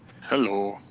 Hello